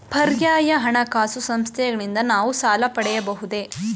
ಪರ್ಯಾಯ ಹಣಕಾಸು ಸಂಸ್ಥೆಗಳಿಂದ ನಾವು ಸಾಲ ಪಡೆಯಬಹುದೇ?